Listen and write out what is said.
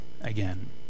again